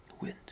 Wind